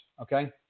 okay